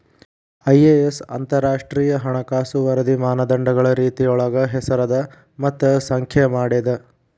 IAS ಅಂತರಾಷ್ಟ್ರೇಯ ಹಣಕಾಸು ವರದಿ ಮಾನದಂಡಗಳ ರೇತಿಯೊಳಗ ಹೆಸರದ ಮತ್ತ ಸಂಖ್ಯೆ ಮಾಡೇದ